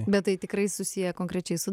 bet tai tikrai susiję konkrečiai su